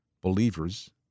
believers